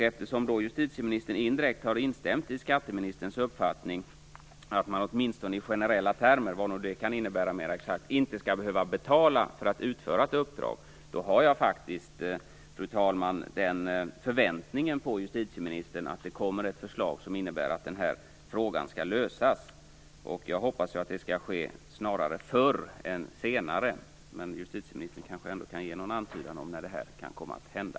Eftersom justitieministern indirekt har instämt i skatteministerns uppfattning, att man åtminstone i generella termer - vad det nu kan innebära mera exakt - inte skall behöva betala för att utföra ett uppdrag, har jag faktiskt, fru talman, den förväntningen på justitieministern att det kommer ett förslag som innebär att den här frågan skall lösas. Jag hoppas att det snarare skall ske förr än senare. Justitieministern kanske ändå kan ge en antydan om när det kan komma att hända.